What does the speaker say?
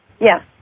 Yes